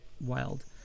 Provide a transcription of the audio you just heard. wild